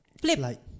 Flip